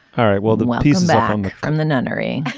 all right well then while he's back from the nunnery